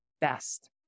best